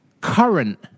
current